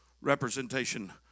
representation